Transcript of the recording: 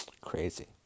Crazy